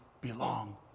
belong